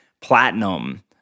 platinum